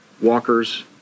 walkers